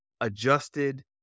adjusted